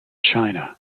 china